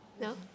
No